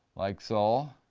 like so.